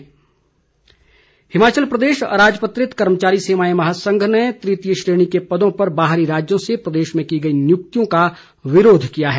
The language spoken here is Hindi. महासंघ हिमाचल प्रदेश अराजपत्रित कर्मचारी सेवाएं महासंघ ने तृतीय श्रेणी के पदों पर बाहरी राज्यों से प्रदेश में की गई नियुक्तियों का विरोध किया है